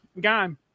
gone